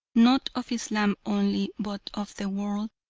not of islam only but of the world,